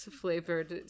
flavored